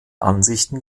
ansichten